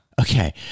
Okay